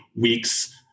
weeks